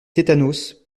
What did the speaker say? tétanos